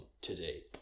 today